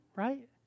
right